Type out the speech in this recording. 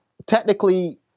Technically